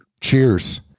Cheers